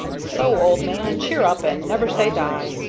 so, old man, cheer up and never say die!